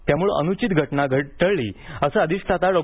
त्यामुळे अनुचित घटना टळली असं अधिष्ठाता डॉ